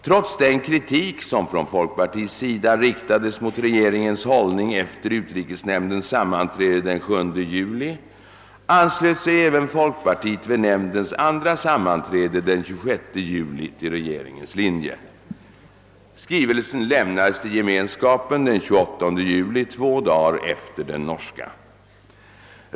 Trots den kritik som från folkpartiets sida riktades mot regeringens hållning efter utrikesnämndens sammanträde den 7 juli anslöt sig även folkpartiet vid nämndens andra sammanträde den 26 juli till regeringens linje. Skrivelsen lämnades till Gemenskapen den 28 juli, två dagar efter den norska.